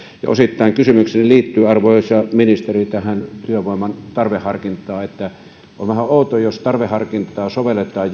ja osittain kysymykseni liittyy arvoisa ministeri työvoiman tarveharkintaan on vähän outoa jos tarveharkintaa sovelletaan